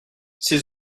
ces